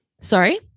Sorry